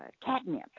catnip